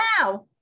wow